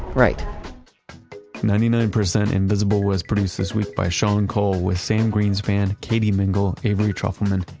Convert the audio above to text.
right ninety nine percent invisible was produced this week by sean cole, with sam greenspan, katy mingle, avery trufelman,